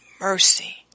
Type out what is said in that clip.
mercy